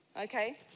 Okay